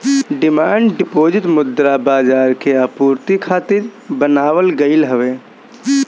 demand deposit मुद्रा बाजार के आपूर्ति खातिर बनावल गईल हवे